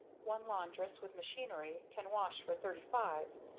one laundress, with machinery, can wash for thirty-five,